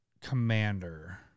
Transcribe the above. commander